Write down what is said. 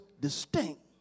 distinct